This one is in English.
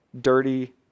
dirty